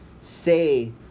say